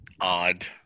odd